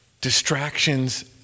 Distractions